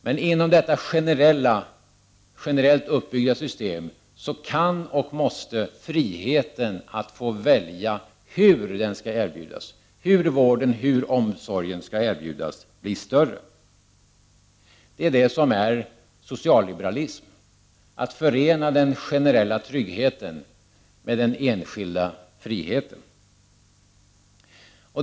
Men inom detta generellt uppbyggda system kan och måste friheten att få välja hur den vården eller omsorgen skall erbjudas bli större. Det är det som är socialliberalism: att förena den generella tryggheten med den enskilda friheten.